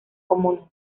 comunas